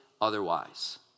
otherwise